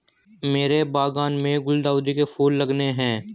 मेरे बागान में गुलदाउदी के फूल लगाने हैं